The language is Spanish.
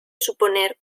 suponer